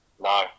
No